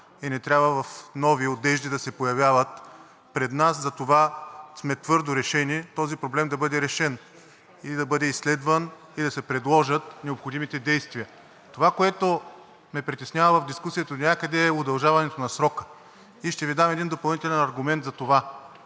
и не трябва в нови одежди да се появяват пред нас и затова сме твърдо решени този проблем да бъде решен и да бъде изследван, и да се предложат необходимите действия. Това, което ме притеснява в дискусията донякъде, е удължаването на срока и ще Ви дам един допълнителен аргумент за това.